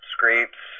Scrapes